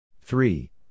Three